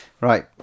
right